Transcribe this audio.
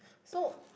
so